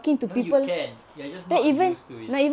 you know you can you're just not used to it